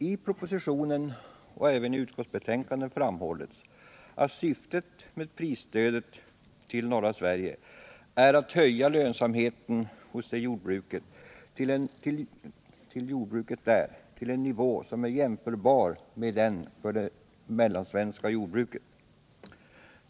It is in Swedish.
I propositionen och även i utskottsbetänkandet framhålls att syftet med prisstödet till jordbruket i norra Sverige är att höja lönsamheten hos detta jordbruk till en nivå som är jämförbar med den för det mellansvenska jordbruket.